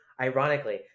ironically